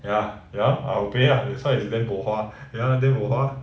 ya ya I'll pay lah that's why it's damn bohua ya lah damn bohua